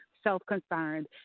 self-concerned